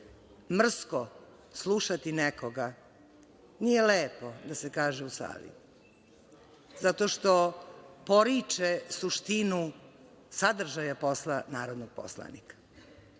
Mrsko slušati nekoga nije lepo da se kaže u sali. Zato što poriče suštinu sadržaja posla narodnog poslanika.